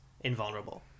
invulnerable